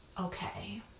okay